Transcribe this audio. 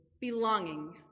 belonging